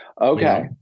Okay